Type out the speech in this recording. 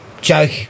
joke